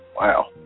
Wow